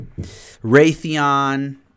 Raytheon